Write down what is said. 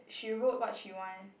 she wrote what she want